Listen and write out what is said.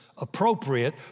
appropriate